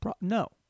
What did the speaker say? No